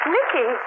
Nicky